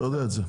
אתה יודע את זה.